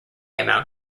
amount